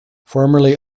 formerly